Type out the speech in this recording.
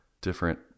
different